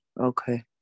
Okay